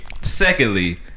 Secondly